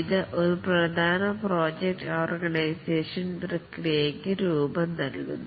ഇത് ഒരു പ്രധാന പ്രോജക്ട് ഓർഗനൈസേഷൻ പ്രക്രിയയ്ക്ക് രൂപം നൽകുന്നു